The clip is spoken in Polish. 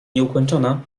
nieukończona